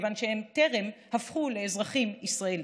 כיוון שהם טרם הפכו לאזרחים ישראלים.